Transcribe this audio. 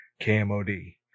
KMOD